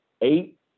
eight